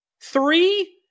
Three